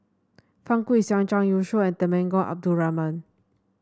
Fang Guixiang Zhang Youshuo and Temenggong Abdul Rahman